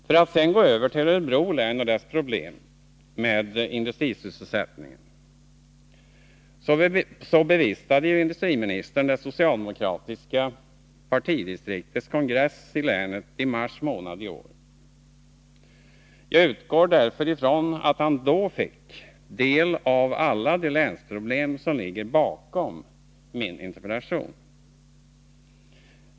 För att sedan gå över till Örebro län och dess problem med industrisysselsättning bevistade ju industriministern det socialdemokratiska partidistriktets kongress i länet i mars i år. Jag utgår därför ifrån att han då fick del av alla de länsproblem som ligger bakom min interpellation.